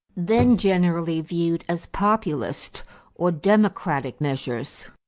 then generally viewed as populist or democratic measures.